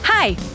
Hi